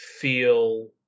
feel